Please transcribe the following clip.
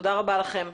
תודה רבה לכם.